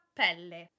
pelle